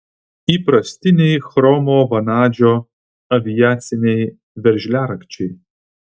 įprastiniai chromo vanadžio aviaciniai veržliarakčiai